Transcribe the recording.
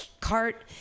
cart